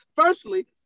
Firstly